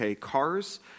cars